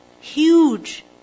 Huge